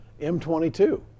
M22